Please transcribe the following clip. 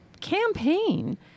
campaign